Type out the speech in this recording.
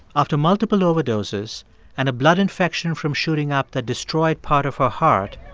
after multiple overdoses and a blood infection from shooting up the destroyed part of her heart,